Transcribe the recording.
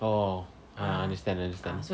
orh ah understand understand